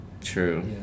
true